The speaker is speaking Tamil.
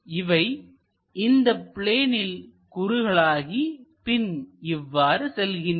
இவை இந்த பிளேனில் குறுகலாகி பின் இவ்வாறு செல்கின்றன